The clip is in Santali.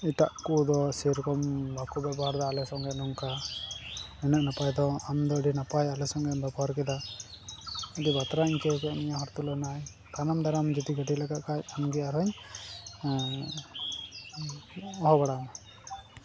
ᱮᱴᱟᱜ ᱠᱚᱫᱚ ᱥᱮᱨᱚᱠᱚᱢ ᱵᱟᱠᱚ ᱵᱮᱵᱚᱦᱟᱨᱫᱟ ᱟᱞᱮ ᱥᱚᱸᱜᱮ ᱱᱚᱝᱠᱟ ᱱᱟᱯᱟᱭ ᱫᱚ ᱟᱢ ᱫᱚ ᱟᱹᱰᱤ ᱱᱟᱯᱟᱭ ᱟᱞᱮ ᱥᱚᱸᱜᱮᱢ ᱵᱮᱵᱚᱦᱟᱨ ᱠᱮᱫᱟ ᱟᱹᱰᱤ ᱵᱟᱛᱨᱟᱧ ᱟᱹᱭᱠᱟᱹᱣ ᱠᱮᱫᱟ ᱦᱚᱲ ᱛᱩᱞᱟᱹᱢ ᱫᱟᱨᱟᱢ ᱡᱩᱫᱤ ᱜᱟᱹᱰᱤ ᱞᱟᱜᱟᱜ ᱠᱷᱟᱡ ᱟᱢᱜᱮ ᱟᱨᱦᱚᱧ ᱦᱚᱦᱚ ᱵᱟᱲᱟᱣᱟᱢᱟ